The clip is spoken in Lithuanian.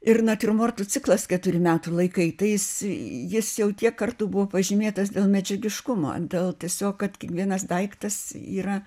ir natiurmortų ciklas keturi metų laikai tai jis jis jau tiek kartų buvo pažymėtas dėl medžiagiškumo dėl tiesiog kad kiekvienas daiktas yra